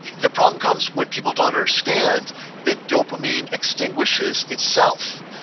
the problem comes when people don't understand that dopamine extinguishes itself.